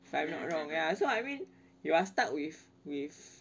if I'm not wrong ya so I mean you must start with with